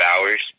hours